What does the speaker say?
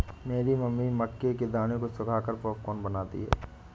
मेरी मम्मी मक्के के दानों को सुखाकर पॉपकॉर्न बनाती हैं